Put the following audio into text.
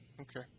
Okay